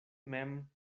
mem